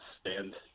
stand